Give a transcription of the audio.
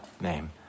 name